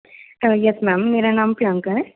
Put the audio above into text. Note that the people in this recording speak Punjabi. ਯੈੱਸ ਮੈਮ ਮੇਰਾ ਨਾਮ ਪ੍ਰਿਯੰਕਾ ਹੈ